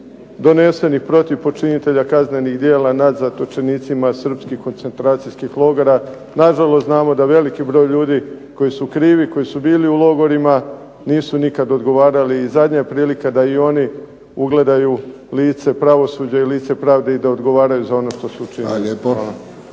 donesenih protiv počinitelja kaznenih djela nad zatočenicima srpskih koncentracijskih logora. Nažalost, znamo da veliki broj ljudi koji su krivi, koji su bili u logorima nisu nikad odgovarali i zadnja je prilika da i oni ugledaju lice pravosuđa i lice pravde i da odgovaraju za ono što su učinili.